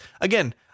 Again